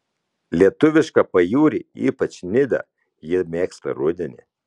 lietuvišką pajūrį ypač nidą ji mėgsta rudenį